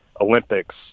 Olympics